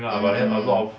mm mm mm